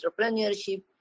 entrepreneurship